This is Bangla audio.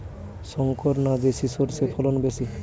শংকর না দেশি সরষের ফলন বেশী?